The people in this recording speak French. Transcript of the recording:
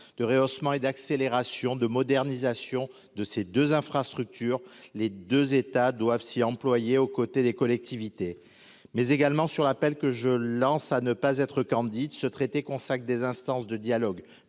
de rehaussement et d'accélération de modernisation de ces 2 infrastructures les 2 États doivent s'y employer, aux côtés des collectivités mais également sur l'appel que je lance à ne pas être candide ce traité consacrent des instances de dialogue